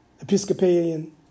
Episcopalian